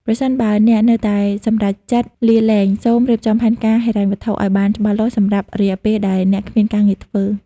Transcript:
ប្រសិនបើអ្នកនៅតែសម្រេចចិត្តលាលែង សូម រៀបចំផែនការហិរញ្ញវត្ថុ ឲ្យបានច្បាស់លាស់សម្រាប់រយៈពេលដែលអ្នកគ្មានការងារធ្វើ។